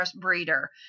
breeder